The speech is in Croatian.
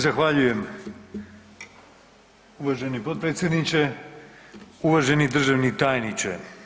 Zahvaljujem, uvaženi potpredsjedniče, uvaženi državni tajniče.